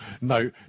No